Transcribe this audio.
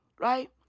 Right